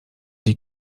die